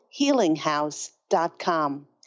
Healinghouse.com